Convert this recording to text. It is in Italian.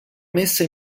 messa